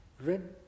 Red